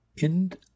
End